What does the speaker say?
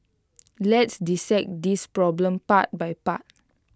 let's dissect this problem part by part